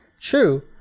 True